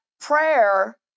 prayer